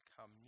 come